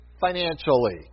financially